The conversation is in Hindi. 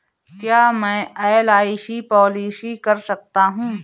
क्या मैं एल.आई.सी पॉलिसी कर सकता हूं?